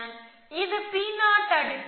எனவே இது P0 அடுக்கு